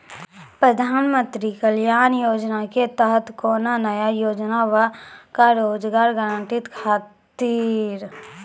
प्रधानमंत्री कल्याण योजना के तहत कोनो नया योजना बा का रोजगार गारंटी खातिर?